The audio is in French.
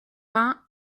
vingt